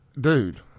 Dude